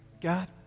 God